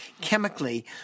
chemically